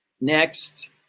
next